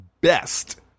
best